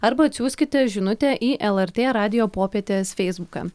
arba atsiųskite žinutę į lrt radijo popietės feisbuką